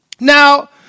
Now